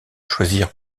choisir